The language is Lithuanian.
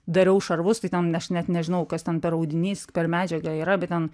dariau šarvus tai ten aš net nežinau kas ten per audinys per medžiaga yra bet ten